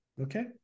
Okay